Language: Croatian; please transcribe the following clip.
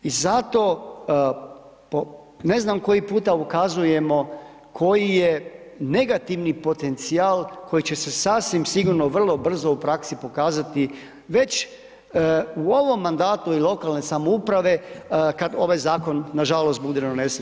I zato, po ne znam koji puta ukazujemo koji je negativni potencijal koji će se sasvim sigurno vrlo brzo u praksi pokazati već u ovom mandatu i lokalne samouprave kad ovaj zakon nažalost bude donesen.